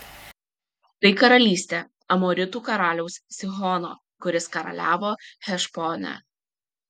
tai karalystė amoritų karaliaus sihono kuris karaliavo hešbone